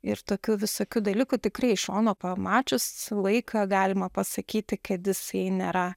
ir tokių visokių dalykų tikrai iš šono pamačius vaiką galima pasakyti kad jisai nėra